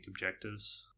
objectives